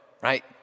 Right